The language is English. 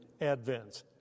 Advent